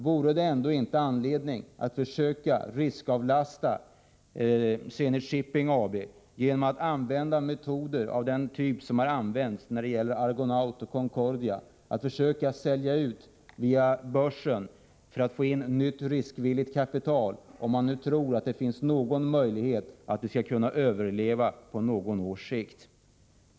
Vore det ändå inte anledning att försöka risk-avlasta Zenit Shipping AB genom att använda metoder av den typ som har använts när det gäller Argonaut och Concordia, att försöka sälja ut via börsen för att få in nytt riskvilligt kapital, om man nu tror att det finns någon möjlighet att bolaget skall kunna överleva på några års sikt?